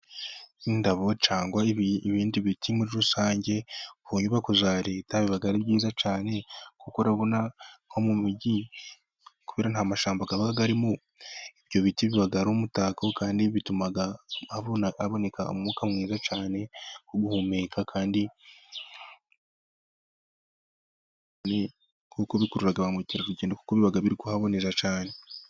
Indabo cyangwa ibindi biti muri rusange ku nyubako za leta, biba ari byiza cyane kuko murabona nko mu mijyi kubera nta mashyamba aba arimo ibyo biti biba ari umutako, kandi bituma haboneka umwuka mwiza cyane duhumeka, kandi bikurura ba mukerarugendo kuko biri kubonera cyane.